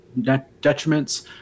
detriments